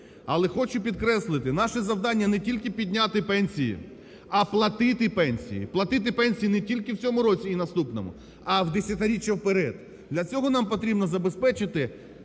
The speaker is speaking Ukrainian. Але хочу підкреслити, наше завдання не тільки підняти пенсії, а платити пенсії, платити пенсії не тільки в цьому році і наступному, а в десятиріччя вперед. Для цього нам потрібно забезпечити